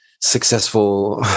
successful